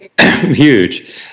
Huge